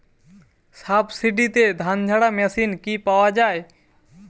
সাবসিডিতে ধানঝাড়া মেশিন কি পাওয়া য়ায়?